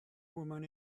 woman